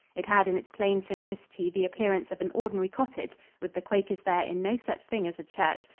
it had in its plain simplicity the appearance of an ordinary cottage with the quakers there in no such thing as a church,